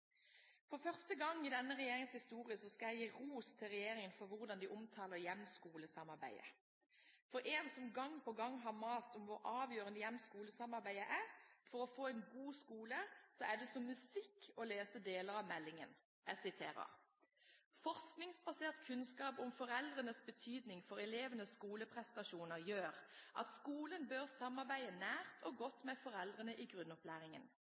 For første gang i denne regjeringens historie skal jeg gi ros til regjeringen for hvordan de omtaler hjem–skole-samarbeidet. For en som gang på gang har mast om hvor avgjørende hjem–skole-samarbeidet er for få en god skole, er det som musikk å lese deler av meldingen – jeg siterer: «Forskningsbasert kunnskap om foreldrenes betydning for skoleprestasjoner gir gode argumenter for at skolen bør samarbeide nært og godt med foreldrene i grunnopplæringen.